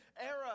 era